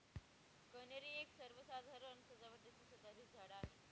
कन्हेरी एक सर्वसाधारण सजावटीचं सदाहरित झाड आहे